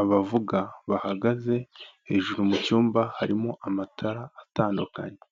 abavuga bahagaze, hejuru mu cyumba harimo amatara atandukanye.